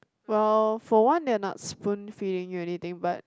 well for one they're not spoon feeding or anything but